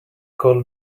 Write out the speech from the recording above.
call